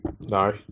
No